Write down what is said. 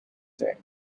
day